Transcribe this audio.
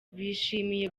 bishimiye